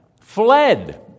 fled